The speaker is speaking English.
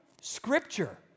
Scripture